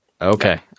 Okay